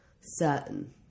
certain